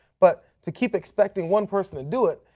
but to keep expecting one person to do it,